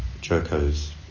Joko's